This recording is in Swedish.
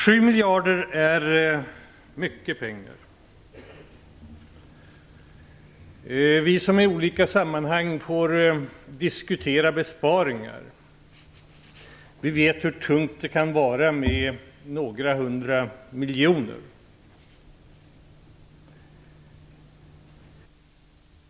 7 miljarder kronor är mycket pengar. Vi som i olika sammanhang får diskutera besparingar vet hur tungt det kan vara med besparingar på några hundra miljoner.